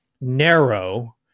narrow